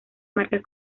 marcas